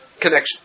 connection